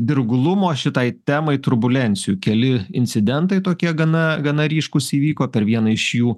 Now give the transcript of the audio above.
dirglumo šitai temai turbulencijų keli incidentai tokie gana gana ryškūs įvyko per vieną iš jų